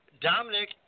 Dominic